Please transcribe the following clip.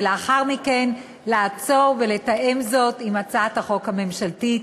ולאחר מכן לעצור ולתאם זאת עם הצעת החוק הממשלתית.